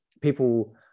people